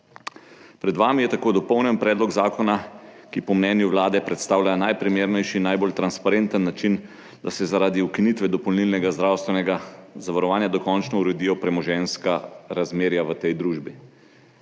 Pred vami je tako dopolnjen predlog zakona, ki po mnenju Vlade predstavlja najprimernejši in najbolj transparenten način, da se zaradi ukinitve dopolnilnega zdravstvenega zavarovanja dokončno uredijo premoženjska razmerja v tej družbi.